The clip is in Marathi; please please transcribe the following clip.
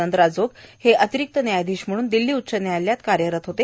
नंदराजोग हे अतिरिक्त न्यायाधीश म्हणून दिल्ली उच्च न्यायालयात कार्यरत होते